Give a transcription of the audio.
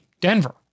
Denver